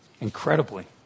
incredibly